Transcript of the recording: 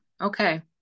Okay